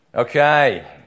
Okay